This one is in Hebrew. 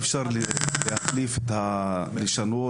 אפשר לשנות,